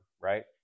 right